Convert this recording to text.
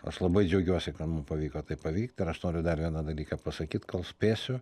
aš labai džiaugiuosi kad mum pavyko taip pavykt ir aš noriu dar vieną dalyką pasakyt kol spėsiu